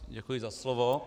Děkuji za slovo.